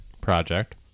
project